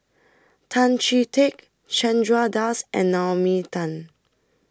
Tan Chee Teck Chandra Das and Naomi Tan